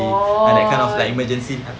orh